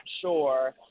sure